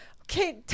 okay